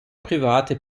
private